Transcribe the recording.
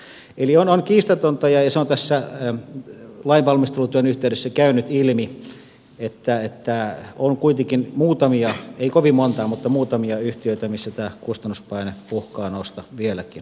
eli on kiistatonta ja se on tässä lainvalmistelutyön yhteydessä käynyt ilmi että on kuitenkin muutamia ei kovin montaa mutta muutamia yhtiöitä joissa tämä kustannuspaine uhkaa nousta vieläkin suuremmaksi